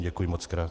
Děkuji mockrát.